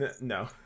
No